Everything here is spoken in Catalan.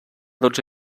dotze